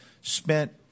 spent